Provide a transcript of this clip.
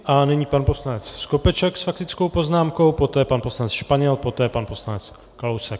A nyní pan poslanec Skopeček s faktickou poznámkou, poté pan poslanec Španěl, poté pan poslanec Kalousek.